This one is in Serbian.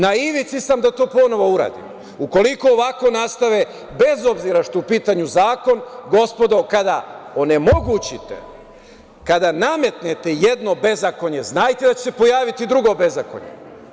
Na ivici sam da to ponovo uradim, ukoliko ovako nastave bez obzira što je u pitanju zakon, gospodo, jer kada onemogućite, kada nametnete jedno bezakonje, znajte da će se pojaviti drugo bezakonje.